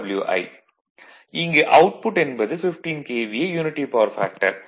இங்கு அவுட்புட் என்பது 15 KVA unity power factor